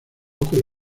con